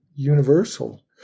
universal